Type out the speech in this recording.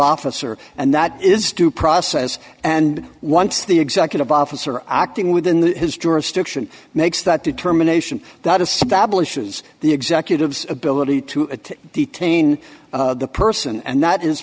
officer and that is due process and once the executive officer acting within his jurisdiction makes that determination that is so that is the executives ability to detain the person and that is